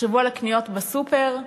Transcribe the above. תחשבו על הקניות בסופר,